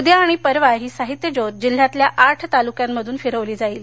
उद्या आणि परवा ही साहित्य ज्योत जिल्ह्यातल्या आठ तालुक्यातून फिरवली जाईल